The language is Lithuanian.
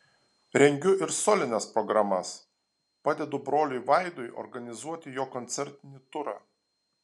rengiu ir solines programas padedu broliui vaidui organizuoti jo koncertinį turą